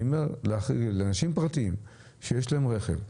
אני אומר שלאנשים פרטיים שיש להם רכב,